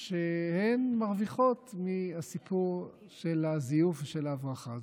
שהן המרוויחות מהסיפור של הזיוף ושל ההברחה.